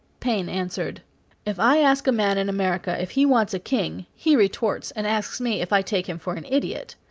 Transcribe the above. paine answered if i ask a man in america if he wants a king, he retorts and asks me if i take him for an idiot.